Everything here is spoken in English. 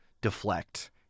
deflect